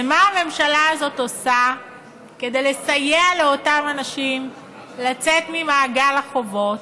ומה הממשלה הזאת עושה כדי לסייע לאותם אנשים לצאת ממעגל החובות?